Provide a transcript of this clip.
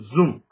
Zoom